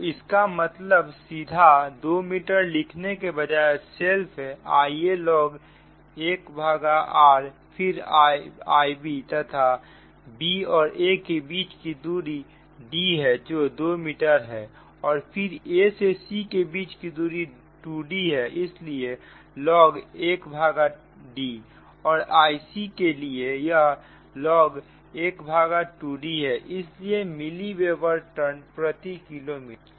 तो इसका मतलब सीधा 2 मीटर लिखने के बजाय सेल्फ Ialog1r फिर Ib तथा b और a के बीच की दूरी D है जो 2 मीटर है और फिर a से c की दूरी 2 D है इसलिए log 1D और Icके लिए यह log 12D है इसलिए मिली वेबर टर्न प्रति किलोमीटर